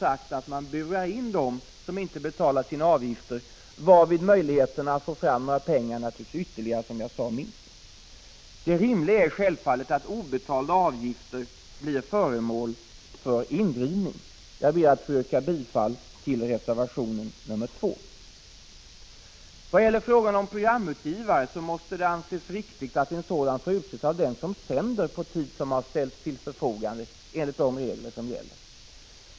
Man burar kort sagt in dem som inte betalar avgiften, varigenom möjligheterna att få fram pengar naturligtvis ytterligare minskar. Det rimliga är självfallet att obetalda avgifter blir föremål för indrivning. Jag ber att få yrka bifall till reservation 2. När det gäller frågan om programutgivare måste det anses riktigt att sådan får utses av den som sänder på tid som ställts till förfogande enligt de regler som gäller.